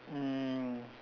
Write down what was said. mm